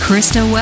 Krista